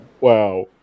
wow